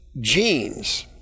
genes